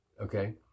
Okay